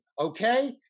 okay